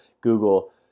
Google